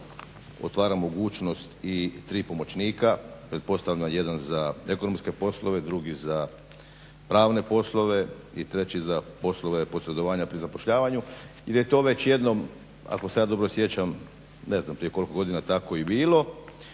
otvara mogućnost i tri pomoćnika, pretpostavimo jedan za ekonomske poslove, drugi za pravne poslove i treći za posredovanja pri zapošljavanju jer je to već jednom ako se ja dobro sjećam ne znam prije koliko godina tako i bilo